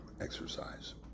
exercise